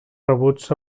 rebuts